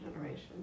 generation